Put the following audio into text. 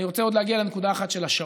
אני עוד רוצה להגיע לנקודה אחת של השעות.